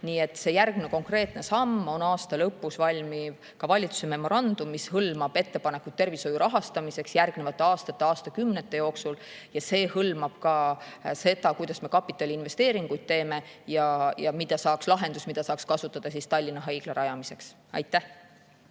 Nii et järgmine konkreetne samm on aasta lõpus valmiv valitsuse memorandum, mis hõlmab ettepanekuid tervishoiu rahastamiseks järgnevate aastate, aastakümnete jooksul. See hõlmab ka seda, kuidas me teeme kapitaliinvesteeringuid, ja lahendust, mida saaks kasutada Tallinna Haigla rajamiseks. Irja